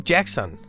Jackson